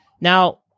now